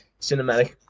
cinematic